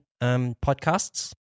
podcasts